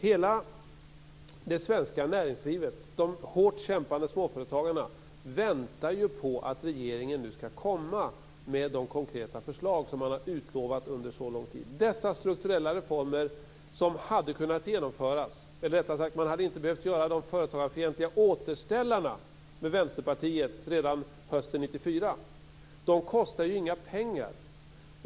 Hela det svenska näringslivet, de hårt kämpande småföretagarna, väntar på att regeringen nu skall komma med de konkreta förslag som man har utlovat under en så lång tid. Dessa strukturella reformer som hade kunnat genomföras - eller rättare sagt hade man inte behövt genomföra de företagarfientliga återställarna med Vänsterpartiet redan hösten 1994 - kostar inga pengar.